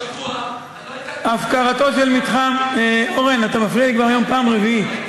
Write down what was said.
השבוע, אורן, אתה מפריע לי היום כבר פעם רביעית.